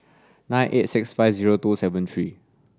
nine eight six five zero two seven three